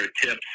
tips